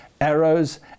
arrows